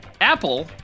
Apple